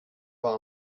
war